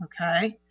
Okay